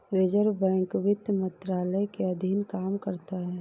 reserve bank वित्त मंत्रालय के अधीन काम करता है